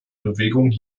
bewegung